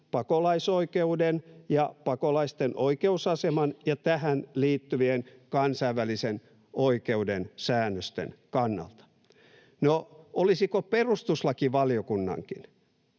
pakolaisoikeuden ja pakolaisten oikeusaseman ja tähän liittyvien kansainvälisen oikeuden säännösten kannalta. No, olisiko perustuslakivaliokunnankin